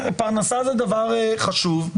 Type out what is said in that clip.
פרנסה זה דבר חשוב,